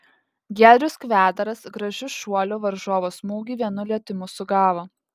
giedrius kvedaras gražiu šuoliu varžovo smūgį vienu lietimu sugavo